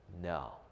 no